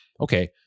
okay